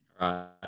Right